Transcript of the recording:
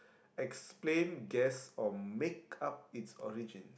explain guess or make up it's origin